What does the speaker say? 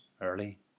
early